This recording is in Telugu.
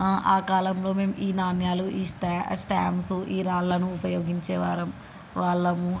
ఆ కాలంలో మేము ఈ నాణ్యాలు ఈ స్టా స్టాంప్స్ ఈ రాళ్ళను ఉపయోగించే వారం వాళ్ళము